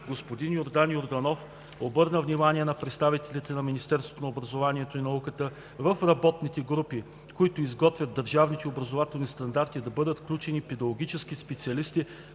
Господин Йордан Йорданов обърна внимание на представителите на Министерството на образованието и науката в работните групи, които изготвят Държавните образователни стандарти, да бъдат включени педагогически специалисти,